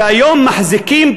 שהיום מחזיקים,